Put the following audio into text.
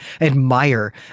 admire